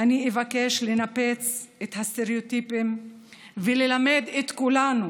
אני אבקש לנפץ את הסטריאוטיפים וללמד את כולנו